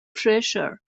pressure